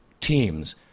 teams